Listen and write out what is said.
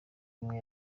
imwe